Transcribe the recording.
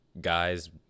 guys